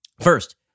First